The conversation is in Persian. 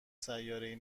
سیارهای